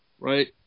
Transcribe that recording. Right